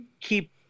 keep